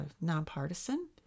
nonpartisan